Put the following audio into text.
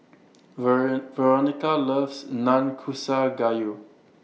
wearing Veronica loves Nanakusa Gayu